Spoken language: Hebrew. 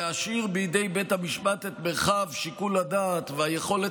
להשאיר בידי בית המשפט את מרחב שיקול הדעת והיכולת